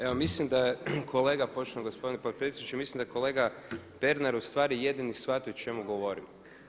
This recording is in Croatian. Evo mislim da je kolega, poštovani gospodine potpredsjedniče mislim da je kolega Pernar ustvari jedini shvatio o čemu govorim.